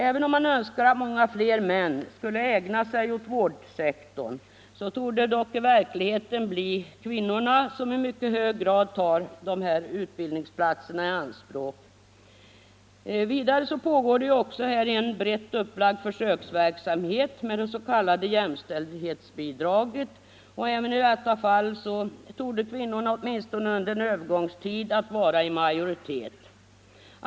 Även om man önskar att många fler män skulle ägna sig åt vårdsektorn torde det i verkligheten bli kvinnorna som i mycket hög grad tar dessa utbildningsplatser i an Vidare pågår en brett upplagd försöksverksamhet med det s.k. jämställdhetsbidraget, och även i detta fall torde kvinnorna åtminstone under en övergångstid komma att vara i majoritet.